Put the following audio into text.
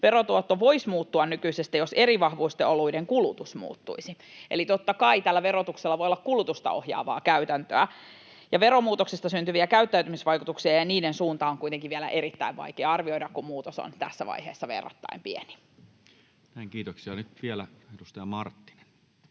verotuotto voisi muuttua nykyisestä, jos eri vahvuisten oluiden kulutus muuttuisi. Eli totta kai tällä verotuksella voi olla kulutusta ohjaavaa käytäntöä. Veromuutoksesta syntyviä käyttäytymisvaikutuksia ja niiden suuntaa on kuitenkin vielä erittäin vaikea arvioida, kun muutos on tässä vaiheessa verrattain pieni. Näin, kiitoksia. — Nyt vielä edustaja Marttinen.